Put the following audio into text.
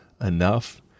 enough